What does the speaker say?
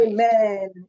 Amen